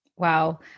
Wow